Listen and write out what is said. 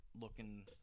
looking